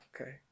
Okay